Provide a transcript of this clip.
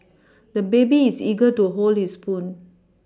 the baby is eager to hold his spoon